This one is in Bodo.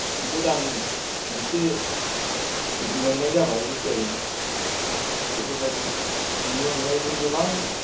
गोदान मोनसे मोननाय जाबाय रिफेयारिं बेफोरबायदि बिनि अनगायैबो गोबां